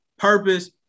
Purpose